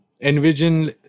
envision